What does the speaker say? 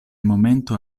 momento